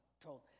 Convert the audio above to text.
told